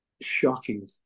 shocking